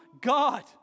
God